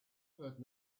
heard